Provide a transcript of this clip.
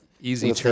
Easy